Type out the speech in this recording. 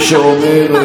הם לא משחררים.